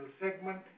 segment